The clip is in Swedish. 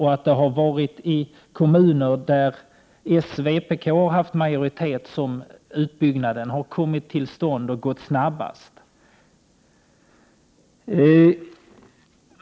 I stället har utbyggnad kommit till stånd och gått snabbast i kommuner där socialdemokraterna och vpk har haft majoritet.